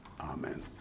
Amen